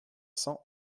cents